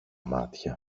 μάτια